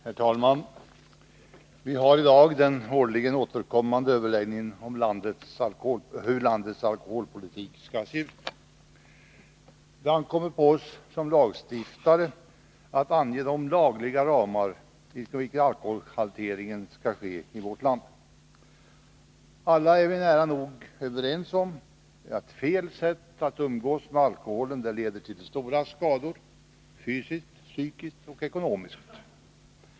Herr talman! Vi har i dag den årligen återkommande överläggningen om hur landets alkoholpolitik skall se ut. Det ankommer på oss som lagstiftare att ange de lagliga ramar inom vilka alkoholhanteringen skall ske i vårt land. Alla är vi nära nog överens om att fel sätt att umgås med alkoholen leder till stora skador — fysiskt, psykiskt och ekonomiskt.